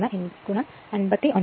03 59